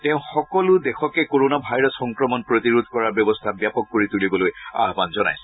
তেওঁ সকলো দেশকে কৰনা ভাইৰাছ সংক্ৰমণ প্ৰতিৰোধ কৰাৰ ব্যৱস্থা ব্যাপক কৰি তুলিবলৈ আহান জনাইছে